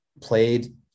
played –